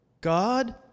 God